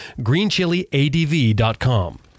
Greenchiliadv.com